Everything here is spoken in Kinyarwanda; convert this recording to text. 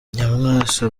nyamwasa